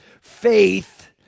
faith